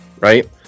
right